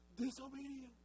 disobedience